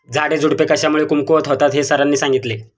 झाडेझुडपे कशामुळे कमकुवत होतात हे सरांनी सांगितले